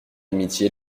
amitié